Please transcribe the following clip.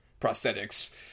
prosthetics